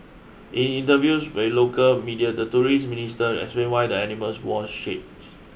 in interviews with local media the tourist minister explained why the animals wore shades